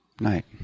night